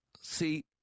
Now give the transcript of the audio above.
See